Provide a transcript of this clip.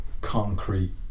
concrete